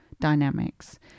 dynamics